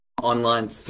online